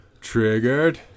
triggered